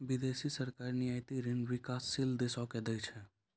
बिदेसी सरकार रियायती ऋण बिकासशील देसो के दै छै